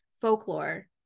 folklore